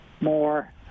more